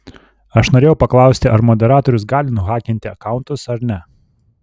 aš norėjau paklausti ar moderatorius gali nuhakinti akauntus ar ne